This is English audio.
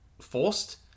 forced